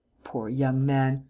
poor young man!